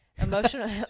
Emotional